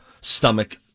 stomach